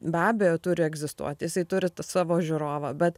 be abejo turi egzistuot jisai turi savo žiūrovą bet